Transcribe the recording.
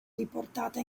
riportata